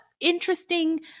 interesting